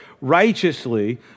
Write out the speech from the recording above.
righteously